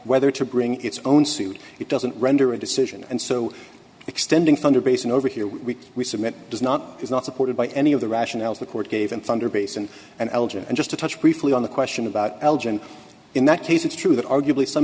whether to bring its own suit it doesn't render a decision and so extending thunder basin over here we submit does not is not supported by any of the rationales the court gave and thunder basin and elgin and just to touch briefly on the question about elgin in that case it's true that arguably some